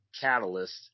catalyst